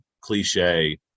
cliche